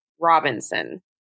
Robinson